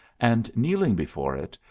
and kneeling before it,